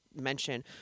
mention